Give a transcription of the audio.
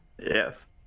Yes